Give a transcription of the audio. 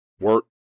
work